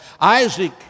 Isaac